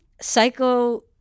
psycho